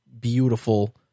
beautiful